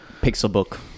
Pixelbook